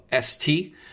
ST